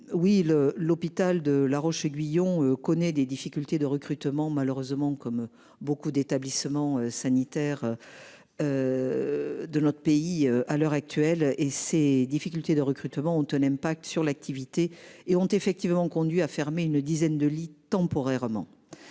Oui, le l'hôpital de La Roche Guyon connaît des difficultés de recrutement. Malheureusement comme beaucoup d'établissements sanitaires. De notre pays à l'heure actuelle et ses difficultés de recrutement, on tenait impact sur l'activité et ont effectivement conduit à fermer une dizaine de lits temporairement.